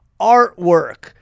artwork